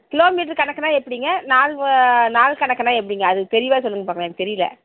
kilo metre கணக்குன்னா எப்படிங்க நாள் நாள் கணக்குன்னா எப்படிங்க அது தெளிவாக சொல்லுங்கள் பார்க்கலாம் எனக்கு தெரியல